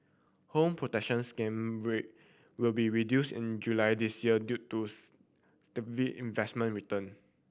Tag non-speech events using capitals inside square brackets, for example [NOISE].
Home Protection Scheme rate will be reduced in July this year due to [UNINTELLIGIBLE] investment return